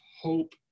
hope